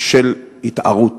של התערות,